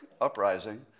uprising